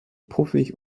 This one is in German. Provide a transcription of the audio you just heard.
puffig